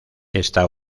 está